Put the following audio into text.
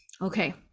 okay